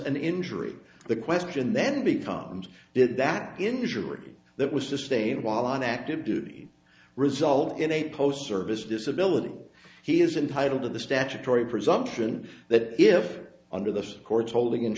an injury the question then becomes did that injury that was sustained while on active duty result in a post service disability he is entitled to the statutory presumption that if under the court's holding